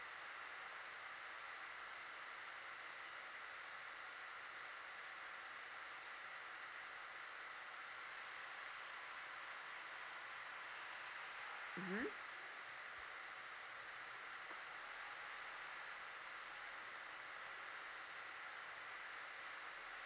mmhmm